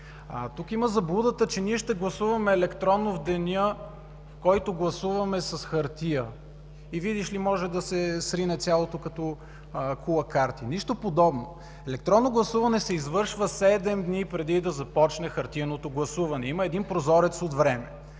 Тук има заблудата, че ние ще гласуваме електронно в деня, в който гласуваме с хартия. Видиш ли, може да се срине цялото като кула карти. Нищо подобно. Електронно гласуване се извършва седем дни преди да започне хартиеното гласуване. Има един прозорец от време.